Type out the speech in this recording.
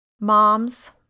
Moms